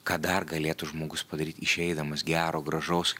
ką dar galėtų žmogus padaryt išeidamas gero gražaus